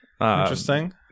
Interesting